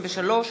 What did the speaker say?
63),